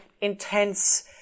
intense